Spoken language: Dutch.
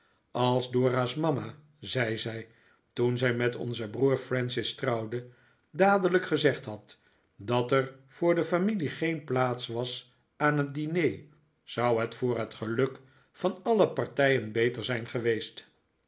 als dora's mama zei zij toen zij met onzen broer francis trouwde dadelijk gezegd had dat er voor de familie geen plaats was aan het diner zou het voor het geluk van alle partijen beter zijn geweest